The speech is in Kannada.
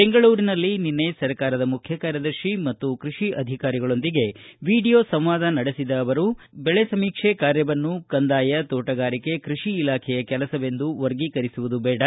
ಬೆಂಗಳೂರಿನಲ್ಲಿ ನಿನ್ನೆ ಸರ್ಕಾರದ ಮುಖ್ಯ ಕಾರ್ಯದರ್ತಿ ಮತ್ತು ಕೃಷಿ ಅಧಿಕಾರಿಗಳೊಂದಿಗೆ ವಿಡಿಯೋ ಸಂವಾದ ನಡೆಸಿದ ಅವರು ಬೆಳೆ ಸಮೀಕ್ಷೆ ಕಾರ್ಯವನ್ನು ಕಂದಾಯ ತೋಟಗಾರಿಕೆ ಕೃಷಿ ಇಲಾಖೆಯ ಕೆಲಸವೆಂದು ವರ್ಗೀಕರಿಸುವುದು ಬೇಡ